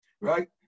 right